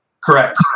correct